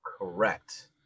Correct